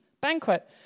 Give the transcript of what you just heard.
banquet